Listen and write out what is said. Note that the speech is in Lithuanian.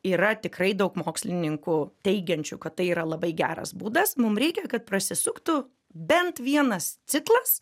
yra tikrai daug mokslininkų teigiančių kad tai yra labai geras būdas mum reikia kad prasisuktų bent vienas ciklas